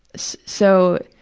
so